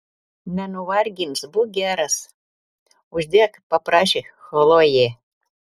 nenuvargins būk geras uždėk paprašė chlojė